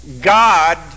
God